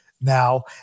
now